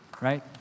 Right